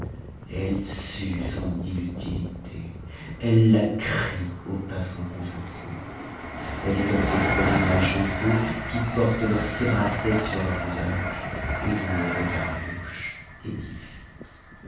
elle sue son inutilité elle la crie au passant convaincu elle est comme ces gredins malchanceux qui portent leur scélératesse sur leur visage et dont le regard louche édifie